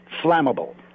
flammable